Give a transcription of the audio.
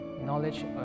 knowledge